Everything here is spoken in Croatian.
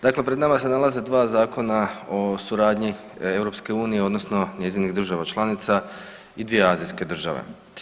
Dakle pred nama se nalaze dva zakona o suradnji EU odnosno njezinih država članica i dvije azijske države.